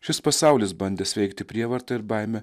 šis pasaulis bandęs veikti prievarta ir baime